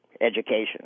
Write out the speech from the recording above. education